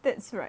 that's right